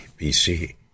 BC